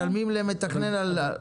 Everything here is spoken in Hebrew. משלמים למתכנן,